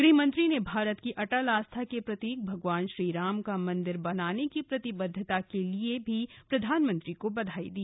गृह मंत्री ने भारत की अटल आस्था के प्रतीक भगवान श्रीराम का मन्दिर बनाने की प्रतिबद्धता के लिए भी प्रधानमंत्री को बधाई दी